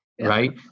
Right